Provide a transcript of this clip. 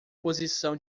posição